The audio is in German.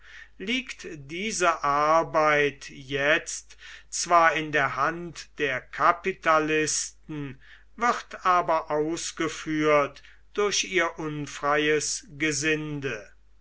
liegt diese arbeit jetzt zwar in der hand der kapitalisten wird aber ausgeführt durch ihr unfreies gesinde